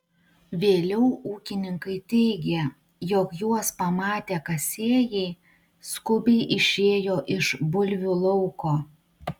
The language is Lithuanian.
vėliau ūkininkai teigė jog juos pamatę kasėjai skubiai išėjo iš bulvių lauko